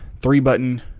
three-button